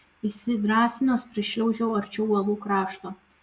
įsidrąsinęs prišliaužiu arčiau uolų krašto